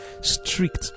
Strict